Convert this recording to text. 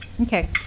okay